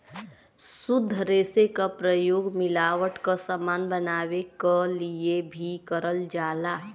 शुद्ध रेसे क प्रयोग मिलावट क समान बनावे क लिए भी करल जाला